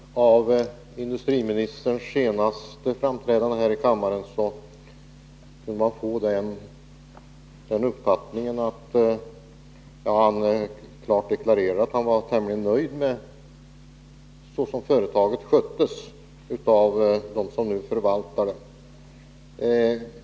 Herr talman! Av industriministerns senaste framträdande här i kammaren kunde man få den uppfattningen att han klart deklarerade att han var tämligen nöjd med det sätt varpå det företag det nu gäller sköts av dem som nu förvaltar det.